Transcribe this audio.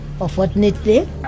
Unfortunately